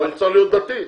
אבל צריך להיות דתי,